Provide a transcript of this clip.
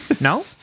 No